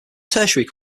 tertiary